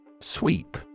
Sweep